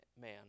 man